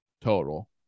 total